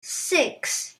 six